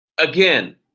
Again